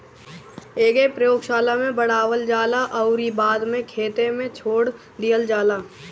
एके प्रयोगशाला में बढ़ावल जाला अउरी बाद में खेते में छोड़ दिहल जाला